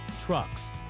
trucks